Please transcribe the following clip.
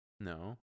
No